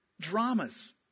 dramas